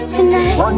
Tonight